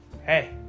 hey